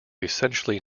essentially